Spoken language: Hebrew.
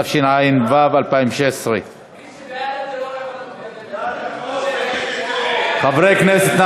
התשע"ו 2016. חברי הכנסת,